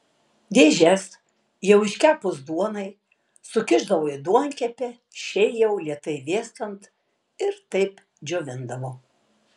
dėžes jau iškepus duonai sukišdavo į duonkepę šiai jau lėtai vėstant ir taip džiovindavo